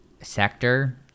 sector